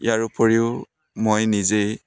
ইয়াৰ উপৰিও মই নিজে